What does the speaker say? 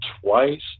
twice